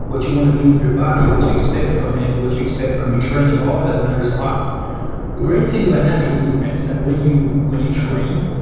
what you want to do with your body, what you expect from it, what you expect from your training, all of that matters a lot. the great thing about natural movement is that when you when you train,